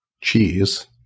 cheese